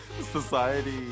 Society